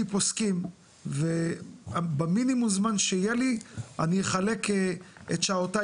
פוסקים ובמינימום זמן שיהיה לי אני אחלק את שעותיי